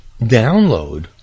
download